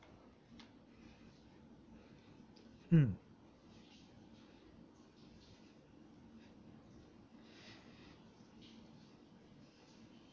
mm